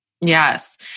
Yes